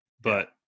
But-